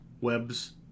webs